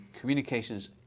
Communications